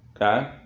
Okay